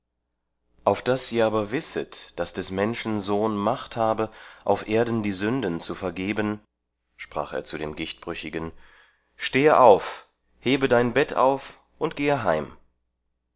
auf das ihr aber wisset daß des menschen sohn macht habe auf erden die sünden zu vergeben sprach er zu dem gichtbrüchigen stehe auf hebe dein bett auf und gehe heim